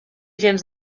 gens